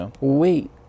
wait